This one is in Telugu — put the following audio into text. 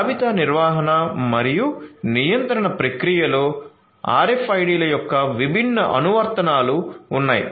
జాబితా నిర్వహణ మరియు నియంత్రణ ప్రక్రియలో RFID ల యొక్క విభిన్న అనువర్తనాలు ఉన్నాయి